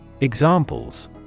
Examples